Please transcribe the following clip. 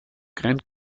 grand